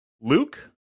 Luke